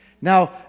Now